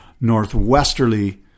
northwesterly